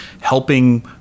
helping